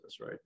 right